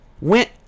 went